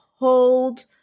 hold